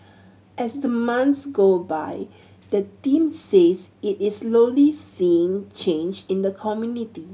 as the months go by the team says it is slowly seeing change in the community